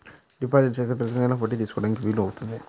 Deposit చేస్తే ప్రతి నెల వడ్డీ తీసుకోవడానికి వీలు అవుతుందా?